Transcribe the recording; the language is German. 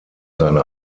seine